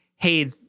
hey